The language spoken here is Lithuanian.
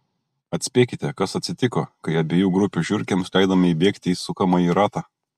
atspėkite kas atsitiko kai abiejų grupių žiurkėms leidome įbėgti į sukamąjį ratą